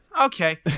Okay